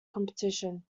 competition